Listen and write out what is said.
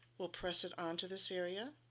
will press it on to this area,